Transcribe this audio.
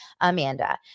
Amanda